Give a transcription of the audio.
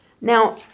Now